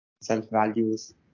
self-values